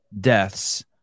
deaths